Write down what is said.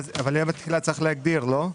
אבל יום התחילה צריך להגדיר, לא?